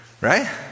right